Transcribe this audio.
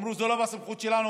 אמרו: זה לא בסמכות שלנו,